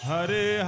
Hari